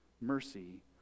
mercy